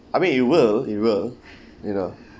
I mean you will you will you know